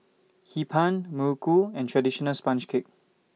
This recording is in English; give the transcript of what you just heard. Hee Pan Muruku and Traditional Sponge Cake